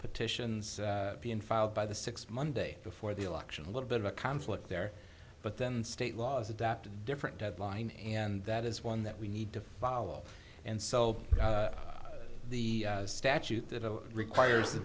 petitions filed by the six monday before the election a little bit of a conflict there but then state law is adapt different deadline and that is one that we need to follow and so the statute that requires a